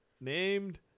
Named